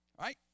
Right